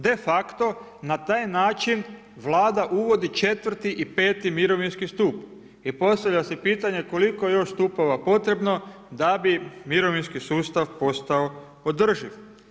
De facto, na taj način Vlada uvodi IV. i V. mirovinski stup i postavlja se pitanje koliko je još stupova potrebno da bi mirovinski sustav postao održiv?